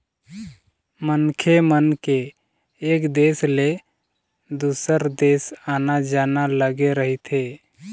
मनखे मन के एक देश ले दुसर देश आना जाना लगे रहिथे